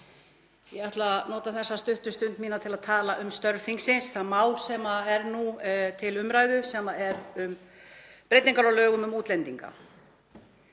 Ég ætla að nota þessa stuttu stund mína til að tala um störf þingsins, það mál sem er nú til umræðu sem er um breytingar á lögum um útlendinga.